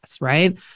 right